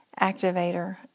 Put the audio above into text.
activator